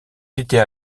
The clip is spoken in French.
n’était